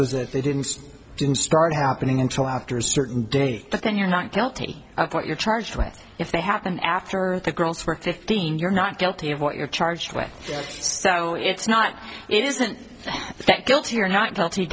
that they didn't didn't start happening until after a certain date then you're not guilty of what you're charged with if they happen after the girls were fifteen you're not guilty of what you're charged with so it's not it isn't that guilty or not guilty